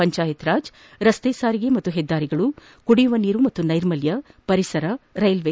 ಪಂಚಾಯತ್ ರಾಜ್ ರಸ್ತೆ ಸಾರಿಗೆ ಮತ್ತು ಹೆದ್ದಾರಿಗಳು ಕುಡಿಯುವ ನೀರು ಮತ್ತು ನೈರ್ಮಲ್ಯ ಪರಿಸರ ರೈಲ್ವೆ